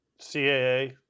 CAA